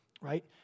right